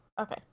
okay